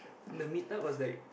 the meet up was like